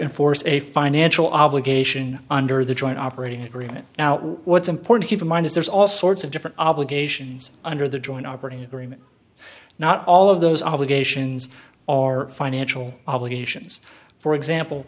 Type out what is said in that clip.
enforce a financial obligation under the joint operating agreement now what's important keep in mind is there's all sorts of different obligations under the joint operating agreement not all of those obligations are financial obligations for example